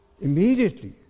immediately